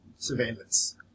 Surveillance